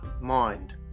mind